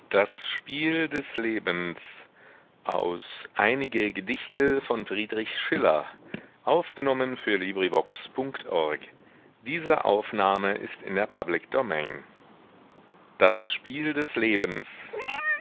das spiel des lebens